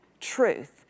truth